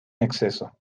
exceso